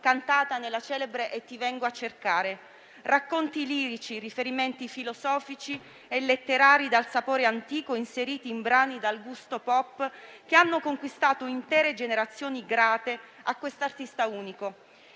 cantato nella celebre «E ti vengo a cercare». Racconti lirici, riferimenti filosofici e letterari dal sapore antico inseriti in brani dal gusto pop hanno conquistato intere generazioni grate a questo artista unico.